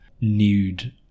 nude